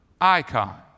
icon